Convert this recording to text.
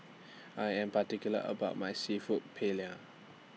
I Am particular about My Seafood Paella